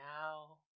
now